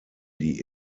die